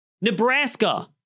Nebraska